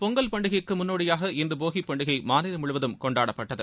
பொங்கல் பண்டிகைக்கு முன்னோடியாக இன்று போகிப் பண்டிகை மாநிலம் முழுவதும் கொண்டாப்பட்டது